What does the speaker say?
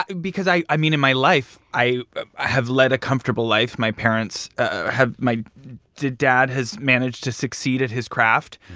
because i i mean, in my life i i have led a comfortable life. my parents have my dad has managed to succeed at his craft.